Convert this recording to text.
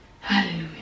Hallelujah